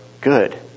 good